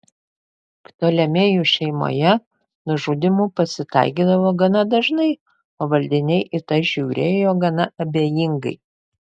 ptolemėjų šeimoje nužudymų pasitaikydavo gana dažnai o valdiniai į tai žiūrėjo gana abejingai